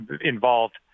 involved